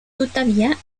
tuttavia